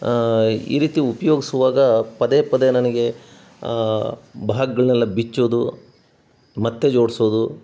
ಈ ರೀತಿ ಉಪಯೋಗ್ಸುವಾಗ ಪದೇ ಪದೇ ನನಗೆ ಭಾಗಗಳ್ನೆಲ್ಲ ಬಿಚ್ಚೋದು ಮತ್ತೆ ಜೋಡಿಸೋದು